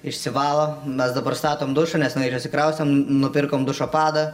išsivalo mes dabar statom dušą nes nu ir išsikraustėm nupirkom dušo padą